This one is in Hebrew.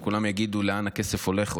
וכולם יגידו לאן הכסף הולך,